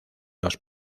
los